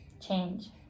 change